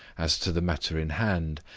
as to the matter in hand,